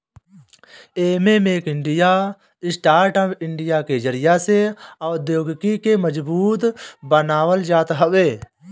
एमे make in India, startup India के जरिया से औद्योगिकी के मजबूत बनावल जात हवे